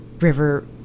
River